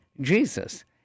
Jesus